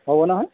হ'ব নহয়